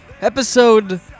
episode